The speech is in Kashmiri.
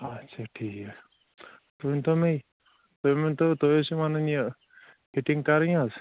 آچھا ٹھیٖک تُہۍ ؤنۍتو مےٚ تُہۍ ؤنۍتو تُہۍ ٲسِو وَنان یہِ فِٹِنٛگ کَرٕنۍ حظ